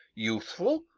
youthful,